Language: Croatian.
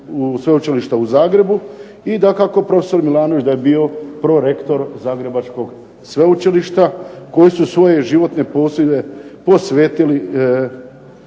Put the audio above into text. sveučilišta u Zagrebu, i dakako profesor Milanović da je bio prorektor zagrebačkog sveučilišta koji su svoje životne pozive posvetili